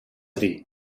dir